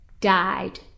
died